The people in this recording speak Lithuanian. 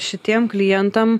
šitiem klientam